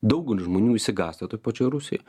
daugelis žmonių išsigąsta toj pačioj rusijoj